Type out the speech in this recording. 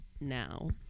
now